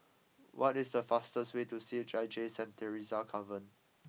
what is the fastest way to C H I J Saint Theresa's Convent